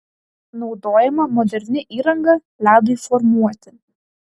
naudojama moderni įranga ledui formuoti